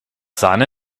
sahne